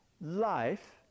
life